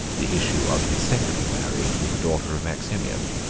the issue of his second marriage with the daughter of maximian.